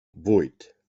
vuit